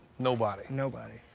nobody. nobody.